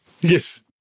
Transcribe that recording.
Yes